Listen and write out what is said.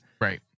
right